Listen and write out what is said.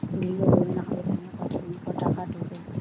গৃহ লোনের আবেদনের কতদিন পর টাকা ঢোকে?